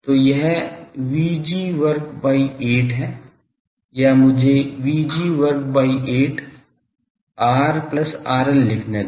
तो यह Vg वर्ग by 8 है या मुझे Vg वर्ग by 8 Rr plus RL लिखने दें